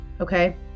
okay